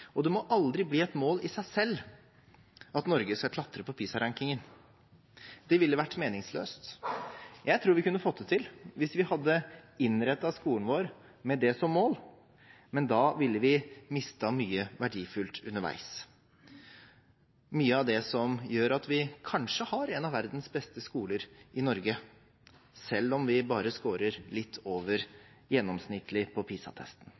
Det må aldri bli et mål i seg selv at Norge skal klatre på PISA-rankingen. Det ville vært meningsløst. Jeg tror vi kunne fått det til hvis vi hadde innrettet skolen vår med det som mål, men da ville vi ha mistet mye verdifullt underveis, mye av det som gjør at vi kanskje har en av verdens beste skoler i Norge, selv om vi bare skårer litt over gjennomsnittlig på